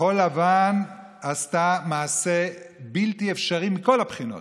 כחול לבן עשתה מעשה בלתי אפשרי מכל הבחינות.